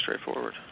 straightforward